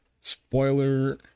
Spoiler